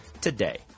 today